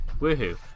Woohoo